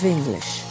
English